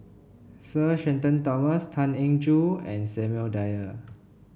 Sir Shenton Thomas Tan Eng Joo and Samuel Dyer